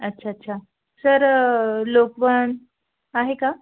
अच्छा अच्छा सर लोकवन आहे का